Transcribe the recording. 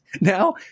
now